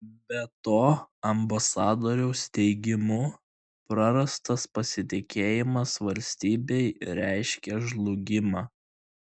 be to ambasadoriaus teigimu prarastas pasitikėjimas valstybei reiškia žlugimą